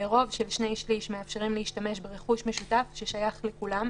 שברוב של שני-שליש מאפשרים להשתמש ברכוש משותף ששייך לכולם.